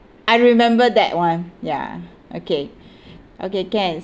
I remember that one ya okay okay can